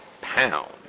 pound